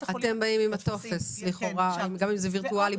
גם אם זה וירטואלי,